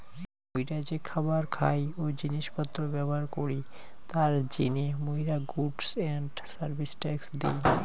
মুইরা যে খাবার খাই ও জিনিস পত্র ব্যবহার করি তার জিনে মুইরা goods and service tax the